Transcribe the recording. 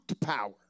power